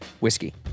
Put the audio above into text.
whiskey